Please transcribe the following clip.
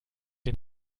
den